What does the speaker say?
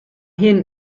hyn